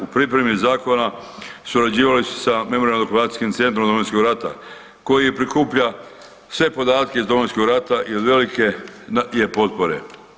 U pripremi zakona surađivali su sa Memorijalno-dokumentacijskim centrom Domovinskog rata koji prikuplja sve podatke iz Domovinskog rata i od velike je potpore.